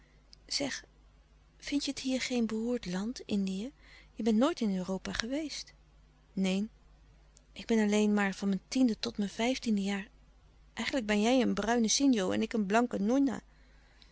zeg vind je het hier geen beroerd land indië je bent nooit in europa geweest neen ik alleen maar van mijn tiende tot mijn vijftiende jaar eigenlijk ben jij een bruine sinjo en ik een blanke nonna